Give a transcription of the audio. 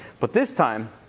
but this time,